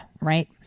right